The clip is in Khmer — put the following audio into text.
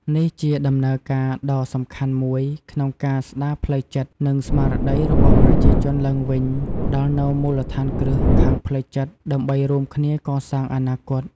នេះជាដំណើរការដ៏សំខាន់មួយក្នុងការស្ដារផ្លូវចិត្ត និងស្មារតីរបស់ប្រជាជនឡើងវិញ ផ្តល់នូវមូលដ្ឋានគ្រឹះខាងផ្លូវចិត្តដើម្បីរួមគ្នាកសាងអនាគត។